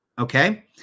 Okay